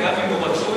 גם אם הוא רצוי,